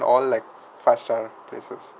all like five star places